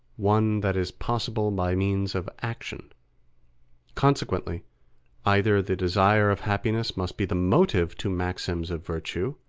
one that is possible by means of action consequently either the desire of happiness must be the motive to maxims of virtue,